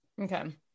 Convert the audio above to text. okay